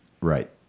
Right